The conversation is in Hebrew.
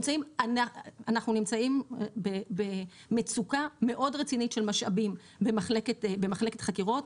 אנחנו נמצאים במצוקה מאוד רצינית של משאבים במחלקת חקירות.